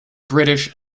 british